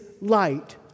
light